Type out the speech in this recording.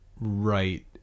right